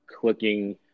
clicking